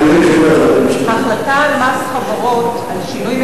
אני בהחלט סבור שכל חברה שנכנסת אל האזור הזה ומקבלת